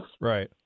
Right